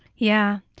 yeah,